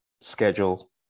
schedule